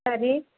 ಸರಿ